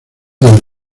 del